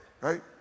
right